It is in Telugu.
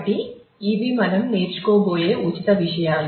కాబట్టి ఇవి మనం నేర్చుకోబోయే ఉచిత విషయాలు